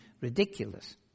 ridiculous